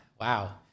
Wow